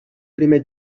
primer